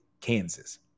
Kansas